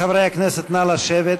חברי הכנסת, נא לשבת.